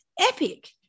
epic